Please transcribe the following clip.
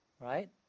Right